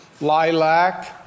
Lilac